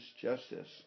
justice